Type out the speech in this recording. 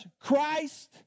christ